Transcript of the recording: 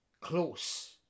close